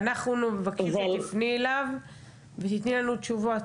אנחנו מבקשים שתפני אליו ותיתני לנו תשובות.